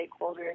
stakeholders